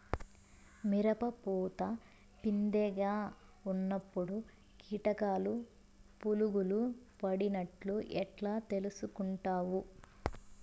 మిరప పూత పిందె గా ఉన్నప్పుడు కీటకాలు పులుగులు పడినట్లు ఎట్లా తెలుసుకుంటావు?